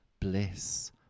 bliss